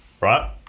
right